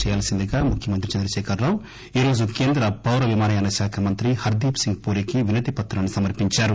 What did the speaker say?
చేయవల్పిందిగా ముఖ్యమంత్రి చంద్రశేఖరరావు ఈరోజు కేంద్ర పౌర విమానయాన శాఖ మంత్రి హర్దీప్ సింగ్ పూరీకి వినతిపత్రాన్ని సమర్చించారు